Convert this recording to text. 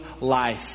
life